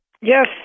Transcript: Yes